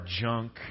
junk